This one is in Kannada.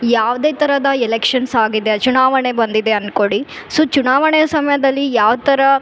ಯಾವುದೇ ತರಹದ ಎಲೆಕ್ಷನ್ಸ್ ಆಗಿದೆ ಚುನಾವಣೆ ಬಂದಿದೆ ಅನ್ಕೋಳಿ ಸೊ ಚುನಾವಣೆಯ ಸಮಯದಲ್ಲಿ ಯಾವ ಥರ